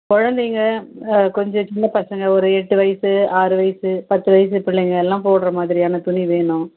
குழந்தைங்க கொஞ்சம் சின்னப்பசங்க ஒரு எட்டு வயசு ஆறு வயசு பத்து வயசு பிள்ளைங்கெல்லாம் போடுற மாதிரியான துணி வேணும்